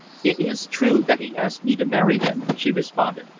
it is true that he asked me to marry him, she responded.